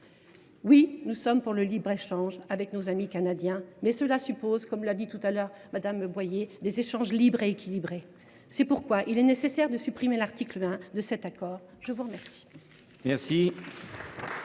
Oui, nous sommes pour le libre échange avec nos amis canadiens, mais cela suppose, comme l’a dit notre collègue Valérie Boyer, des échanges libres et équilibrés. C’est pourquoi il est nécessaire de supprimer l’article 1 de ce projet de loi.